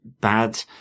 bad